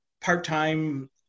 part-time